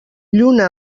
lluna